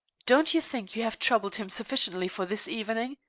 don't you think you have troubled him sufficiently for this evening?